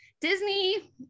Disney